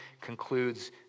concludes